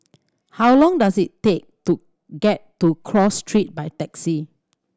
how long does it take to get to Cross Street by taxi